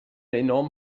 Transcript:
enorm